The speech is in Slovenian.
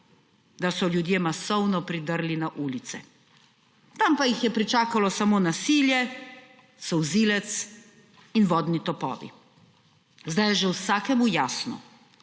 da so ljudje masovno pridrli na ulice, tam pa jih je pričakalo samo nasilje, solzilec in vodni topovi. Zdaj je že vsakemu jasno,